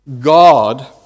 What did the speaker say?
God